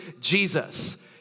Jesus